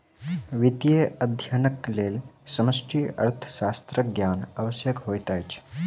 वित्तीय अध्ययनक लेल समष्टि अर्थशास्त्रक ज्ञान आवश्यक होइत अछि